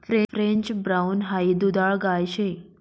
French brown हाई दुधाळ गाय शे